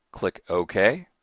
click ok.